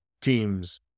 Teams